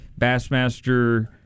bassmaster